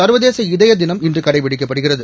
சா்வதேச இதய தினம் இன்று கடைபிடிக்கப்படுகிறது